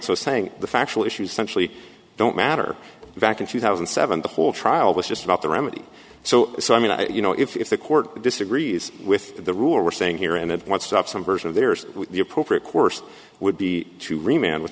so saying the factual issues centrally don't matter fact in two thousand and seven the whole trial was just about the remedy so so i mean i you know if the court disagrees with the rule we're saying here and it won't stop some version of there's the appropriate course would be to remain with